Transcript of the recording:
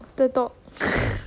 the dog